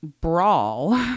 Brawl